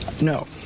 No